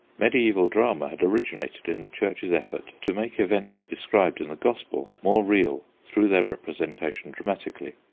mediaeval drama had originated in the church's effort to make events described in the gospel more real through their representation dramatically.